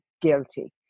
guilty